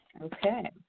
Okay